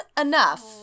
enough